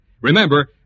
Remember